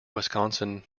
wisconsin